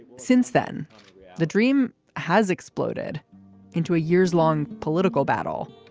since then the dream has exploded into a years long political battle.